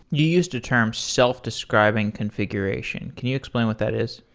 you used the term self-describing configuration. can you explain what that is?